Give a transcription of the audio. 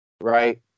Right